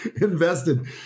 invested